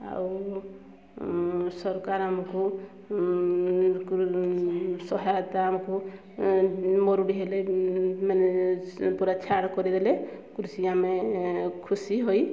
ଆଉ ସରକାର ଆମକୁ ସହାୟତା ଆମକୁ ମୋର ବି ହେଲେ ମାନେ ପୁରା ଛାଡ଼ କରିଦେଲେ କୃଷି ଆମେ ଖୁସି ହୋଇ